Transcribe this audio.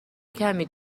کمی